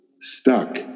stuck